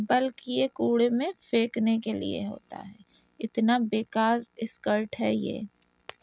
بلکہ یہ کوڑے میں پھینکنے کے لیے ہوتا ہے اتنا بے کار اسکرٹ ہے یہ